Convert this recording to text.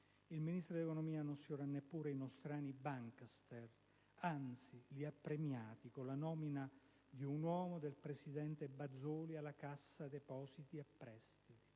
il Ministro dell'economia non sfiora neppure i nostrani *bankster*, che anzi sono stati premiati con la nomina di un uomo del presidente Bazoli alla Cassa depositi e prestiti.